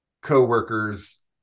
co-workers